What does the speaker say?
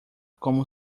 como